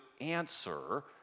answer